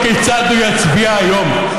כיצד הוא יצביע היום.